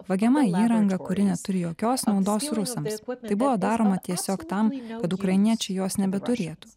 vagiama įranga kuri neturi jokios naudos rusams tai buvo daroma tiesiog tam kad ukrainiečiai jos nebeturėtų